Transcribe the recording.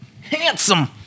Handsome